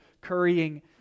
currying